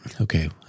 okay